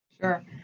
Sure